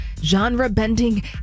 genre-bending